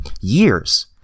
years